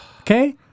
Okay